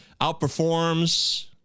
outperforms